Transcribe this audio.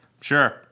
Sure